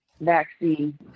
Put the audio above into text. vaccine